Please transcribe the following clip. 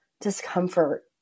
discomfort